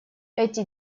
эти